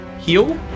heal